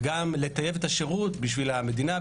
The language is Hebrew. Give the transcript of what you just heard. וגם לטייב את השירות בשביל המדינה,